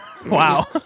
Wow